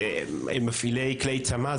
מפעילי כלי צמ"ה,